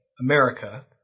America